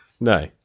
no